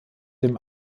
dem